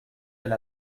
elle